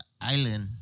island